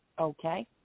Okay